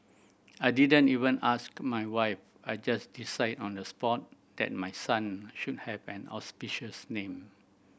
I didn't even ask my wife I just decided on the spot that my son should have an auspicious name